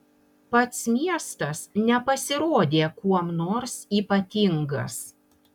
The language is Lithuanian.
pats miestas nepasirodė kuom nors ypatingas